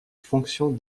fonction